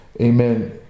amen